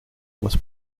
was